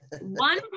one